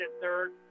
third